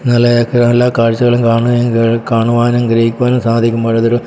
നല്ല നല്ല കാഴ്ച്ചകളും കാണുവാനും കാണുവാനും ഗ്രഹിക്കുവാനും സാധിക്കുമ്പോൾ അതൊരു